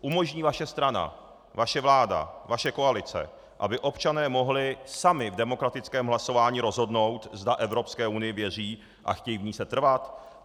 Umožní vaše strana, vaše vláda, vaše koalice, aby občané mohli sami v demokratickém hlasování rozhodnout, zda Evropské unii věří a chtějí v ní setrvat?